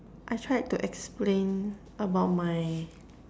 I tried to explain about my